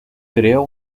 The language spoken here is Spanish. creó